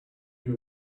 you